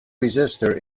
resistor